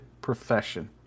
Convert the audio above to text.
profession